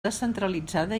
descentralitzada